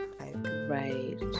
Right